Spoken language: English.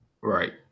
right